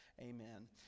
Amen